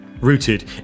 rooted